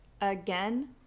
Again